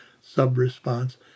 sub-response